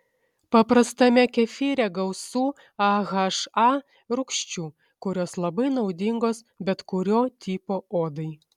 paprastame kefyre gausu aha rūgščių kurios labai naudingos bet kurio tipo odai